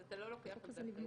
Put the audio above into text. אז אתה לא לוקח על זה אחריות.